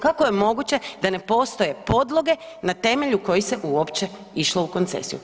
Kako je moguće da ne postoje podloge na temelju kojih se uopće išlo u koncesiju?